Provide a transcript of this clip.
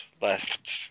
left